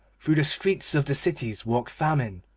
through the streets of the cities walks famine,